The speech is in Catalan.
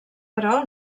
però